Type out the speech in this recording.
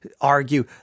argue